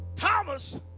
Thomas